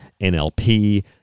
NLP